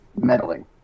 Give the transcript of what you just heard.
meddling